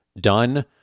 done